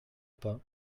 pas